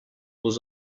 was